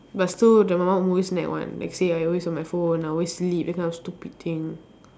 but still the my mum always nag one like say I always on my phone I always sleep that kind of stupid thing